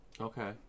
Okay